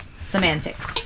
Semantics